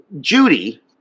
Judy